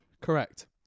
Correct